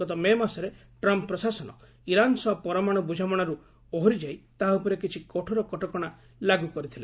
ଗତ ମେ ମାସରେ ଟ୍ରମ୍ପ୍ ପ୍ରଶାସନ ଇରାନ୍ ସହ ପରମାଣୁ ବୁଝାମଣାରୁ ଓହରିଯାଇ ତାହା ଉପରେ କିଛି କଠୋର କଟକଣା ଲାଗୁ କରିଥିଲେ